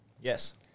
Yes